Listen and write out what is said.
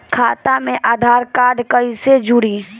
खाता मे आधार कार्ड कईसे जुड़ि?